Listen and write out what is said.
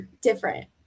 different